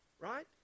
right